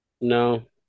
No